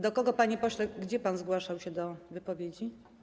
Do kogo, panie pośle, gdzie pan zgłaszał się do wypowiedzi?